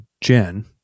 Jen